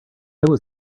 was